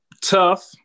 tough